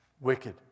Wicked